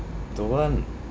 don't want